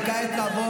וכעת נעבור